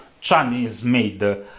Chinese-made